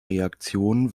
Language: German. reaktion